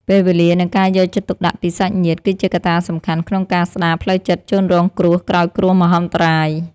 ពេលវេលា និងការយកចិត្តទុកដាក់ពីសាច់ញាតិ គឺជាកត្តាសំខាន់ក្នុងការស្តារផ្លូវចិត្តជនរងគ្រោះក្រោយគ្រោះមហន្តរាយ។